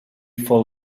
full